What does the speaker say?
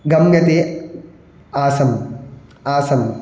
गम्यते आसम् आसन्